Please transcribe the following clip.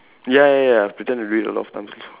ya ya ya pretend to do it a lot of times